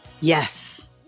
Yes